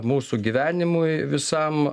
mūsų gyvenimui visam